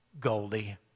goldie